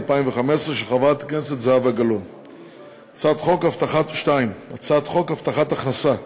1. הצעת חוק הבטחת הכנסה (תיקון,